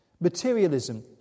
materialism